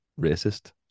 racist